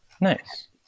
Nice